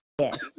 yes